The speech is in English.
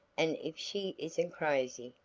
and if she is'nt crazy,